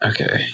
Okay